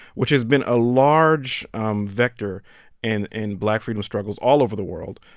which has been a large um vector and in black freedom struggles all over the world.